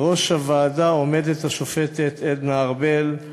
בראש הוועדה עומדת השופטת עדנה ארבל,